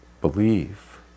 believe